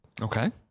Okay